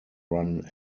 run